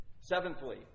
Seventhly